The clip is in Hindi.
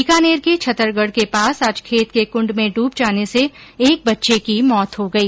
बीकानेर के छतरगढ के पास आज खेत के कृण्ड में डूब जाने से एक बच्चे की मौत हो गई